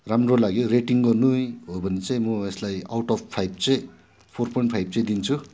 राम्रो लाग्यो रेटिङ गर्नु हो भने चाहिँ म यसलाई आउट अब् फाइभ चाहिँ फोर पोइन्ट फाइभ चाहिँ दिन्छु